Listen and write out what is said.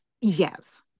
Yes